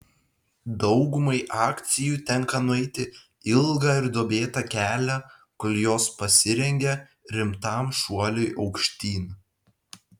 daugumai akcijų tenka nueiti ilgą ir duobėtą kelią kol jos pasirengia rimtam šuoliui aukštyn